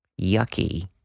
Yucky